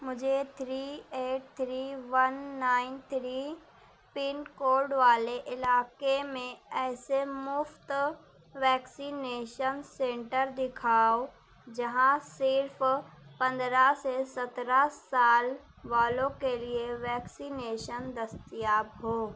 مجھے three eight three one nine three pin code والے علاقے میں ایسے مفت ویکسینیشن سنٹر دکھاؤ جہاں صرف پندرہ سے سترہ سال والوں کے لیے ویکسینیشن دستیاب ہو